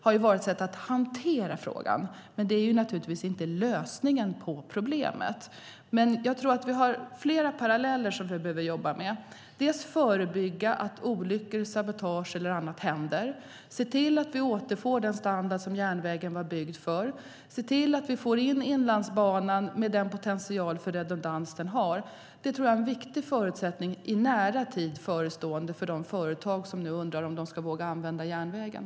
Det har varit ett sätt att hantera frågan, men det är naturligtvis inte lösningen på problemet. Jag tror att vi har flera parallella frågor som vi behöver med. Det gäller att förebygga att olyckor, sabotage och annat händer, se till att vi återfår den standard som järnvägen var byggd för och se till att vi får in Inlandsbanan med den potential för redundans som den har. Det tror jag är en viktig förutsättning i närtid för de företag som nu undrar om de ska våga använda järnvägen.